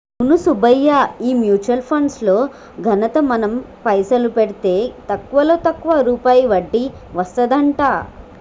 అవును సుబ్బయ్య ఈ mutual funds లో ఘనత మనం పైసలు పెడితే తక్కువలో తక్కువ రూపాయి వడ్డీ వస్తదంట